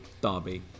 Derby